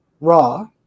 Raw